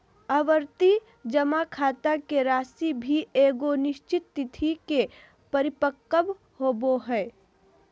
आवर्ती जमा खाता के राशि भी एगो निश्चित तिथि के परिपक्व होबो हइ